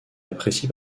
apprécie